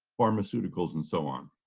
pharmaceuticals, and so on.